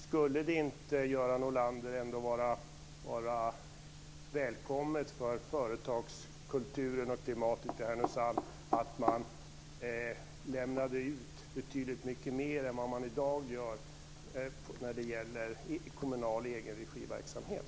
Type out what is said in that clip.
Skulle det inte, Göran Norlander, ändå vara välkommet för företagskulturen och klimatet i Härnösand att lämna ut betydligt mycket mer än man gör i dag när det gäller kommunal egenregiverksamhet?